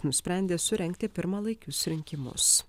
nusprendė surengti pirmalaikius rinkimus